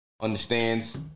understands